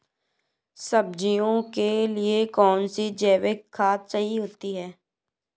सब्जियों के लिए कौन सी जैविक खाद सही होती है?